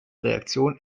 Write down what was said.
reaktion